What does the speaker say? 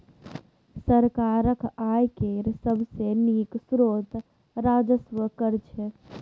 सरकारक आय केर सबसे नीक स्रोत राजस्व कर छै